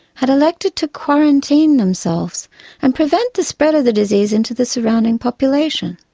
had elected to quarantine themselves and prevent the spread of the disease into the surrounding population.